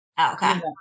okay